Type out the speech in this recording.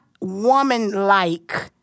woman-like